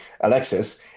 Alexis